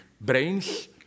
brains